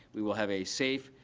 we will have a safe,